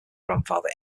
grandfather